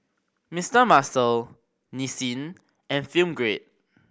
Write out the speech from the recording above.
Mister Muscle Nissin and Film Grade